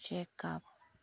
checkup